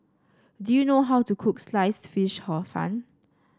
do you know how to cook Sliced Fish Hor Fun